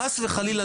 חס וחלילה,